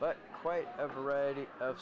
but quite a variety of